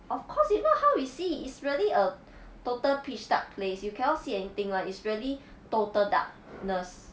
of course if not how we see it's really a total pitch dark place you cannot see anything lah it's really total darkness